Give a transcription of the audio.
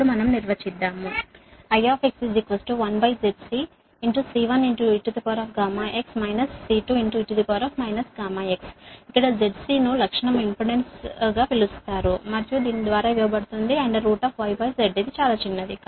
ఇప్పుడు మనం నిర్వచిద్దాము I 1ZCC1eγx C2e γx ఇక్కడ ZC ను లక్షణం ఇంపెడెన్స్ గా పిలుస్తారు మరియు దీని ద్వారా ఇవ్వబడుతుంది yz చిన్నది